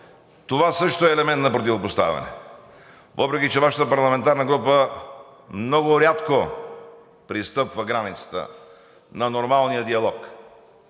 това също е елемент на противопоставяне. Въпреки че Вашата парламентарна група много рядко пристъпва границата на нормалния диалог,